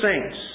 saints